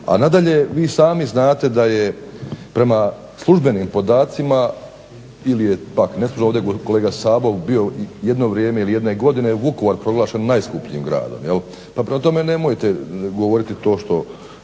A nadalje, vi sami znate da je prema službenim podacima ovdje kolega Sabo bio, jedne godine Vukovar proglašen najskupljim gradom, prema tome, nemojte govoriti to što